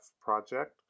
project